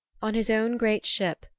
on his own great ship,